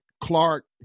Clark